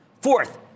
Fourth